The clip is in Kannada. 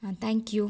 ಹಾಂ ತ್ಯಾಂಕ್ ಯು